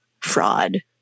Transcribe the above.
fraud